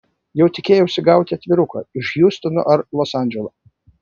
jau tikėjausi gauti atviruką iš hjustono ar los andželo